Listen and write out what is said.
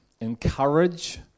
Encourage